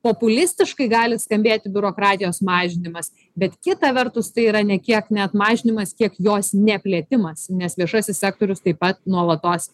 populistiškai gali skambėti biurokratijos mažinimas bet kita vertus tai yra ne kiek net mažinimas kiek jos neplėtimas nes viešasis sektorius taip pat nuolatos